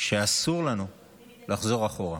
שאסור לנו לחזור אחורה.